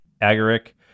agaric